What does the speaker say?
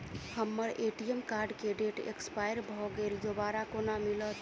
हम्मर ATM card केँ date expire भऽ गेल दोबारा कोना मिलत?